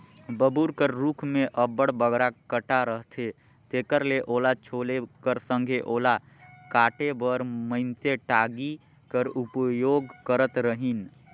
बबूर कर रूख मे अब्बड़ बगरा कटा रहथे तेकर ले ओला छोले कर संघे ओला काटे बर मइनसे टागी कर उपयोग करत रहिन